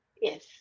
Yes